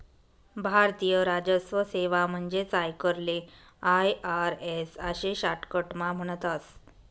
भारतीय राजस्व सेवा म्हणजेच आयकरले आय.आर.एस आशे शाटकटमा म्हणतस